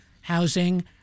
housing